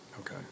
Okay